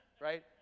right